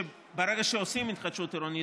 וברגע שעושים התחדשות עירונית,